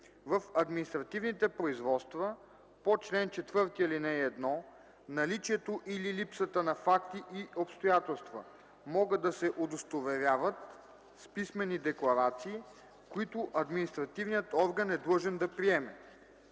В административните производства по чл. 4, ал. 1 наличието или липсата на факти и обстоятелства могат да се удостоверяват с писмени декларации, които административният орган е длъжен да приеме.